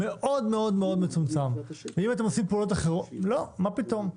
לא, מה פתאום?